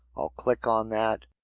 i'll click on that